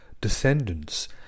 descendants